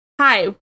Hi